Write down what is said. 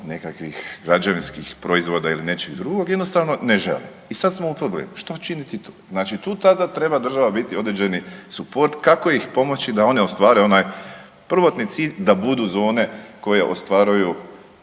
nekakvih građevinskih proizvoda ili nečeg drugog, jednostavno ne žele i sad smo u problemu, što činiti tu? Znači tu tada treba država biti određeni suport kako ih pomoći da oni ostvare onaj prvotni cilj da budu zone koje ostvaruju